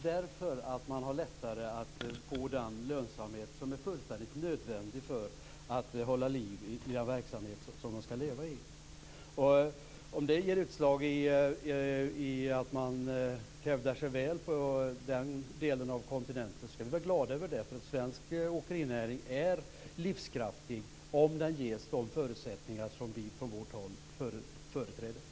Det har man gjort därför att man har lättare att få den lönsamhet som är fullständigt nödvändig för att hålla liv i den verksamhet man skall leva av. Om det ger utslag i att man hävdar sig väl på en del av kontinenten skall vi vara glada över det. Svensk åkerinäring är livskraftig om den ges de förutsättningar som vi från vårt håll företräder.